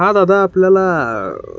हा दादा आपल्याला